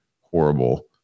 horrible